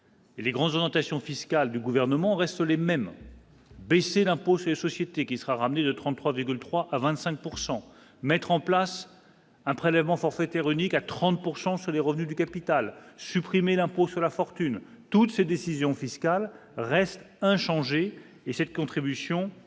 Les grands augmentation fiscale du gouvernement restent les mêmes, baisser l'impôt sur les sociétés qui sera ramené de 33,3 à 25 pourcent,, mettre en place un prélèvement forfaitaire unique à 30 pourcent.. Les revenus du capital, supprimer l'impôt sur la fortune, toutes ces décisions fiscales reste inchangé et cette contribution reste une